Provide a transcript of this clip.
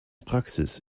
praxis